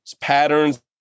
patterns